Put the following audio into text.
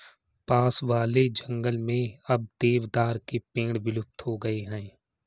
पास वाले जंगल में अब देवदार के पेड़ विलुप्त हो गए हैं